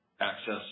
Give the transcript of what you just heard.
access